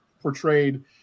portrayed